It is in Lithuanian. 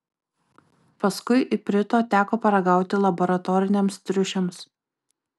paskui iprito teko paragauti laboratoriniams triušiams